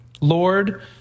Lord